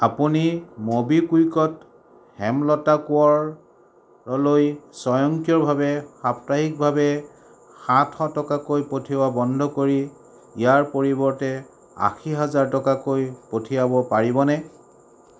আপুনি মবিকুইকত হেমলতা কোঁৱৰলৈ স্বয়ংক্ৰিয়ভাৱে সাপ্তাহিকভাৱে সাতশ টকাকৈ পঠিওৱা বন্ধ কৰি ইয়াৰ পৰিৱৰ্তে আশী হাজাৰ টকাকৈ পঠিয়াব পাৰিবনে